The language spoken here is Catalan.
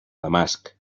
damasc